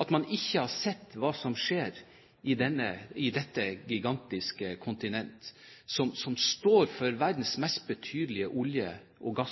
at man ikke har sett hva som skjer på dette gigantiske kontinent som står for verdens mest betydelige olje- og